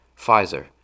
Pfizer